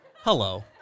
Hello